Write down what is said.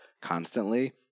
constantly